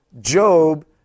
Job